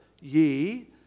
ye